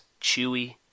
chewy